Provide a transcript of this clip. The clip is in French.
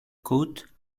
côte